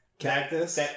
cactus